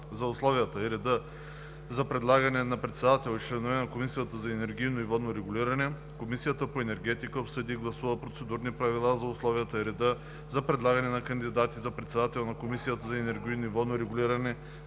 за условията и реда за предлагане на председател и членове на Комисията за енергийно и водно регулиране Комисията по енергетиката обсъди и гласува Процедурни правила за условията и реда за предлагане на кандидати за председател на Комисията за енергийно и водно регулиране,